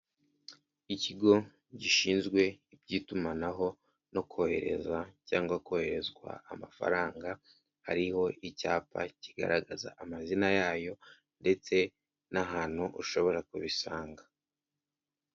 Ikigo gishinzwe iby'itumanaho no kohereza cyangwa koherezwa amafaranga hariho icyapa kigaragaza amazina yayo ndetse n'ahantu ushobora kubisanga.